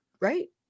Right